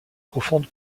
profonde